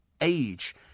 age